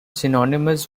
synonymous